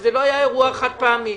וזה לא היה אירוע חד פעמי.